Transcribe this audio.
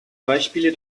beispiele